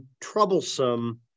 troublesome